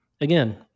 again